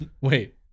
Wait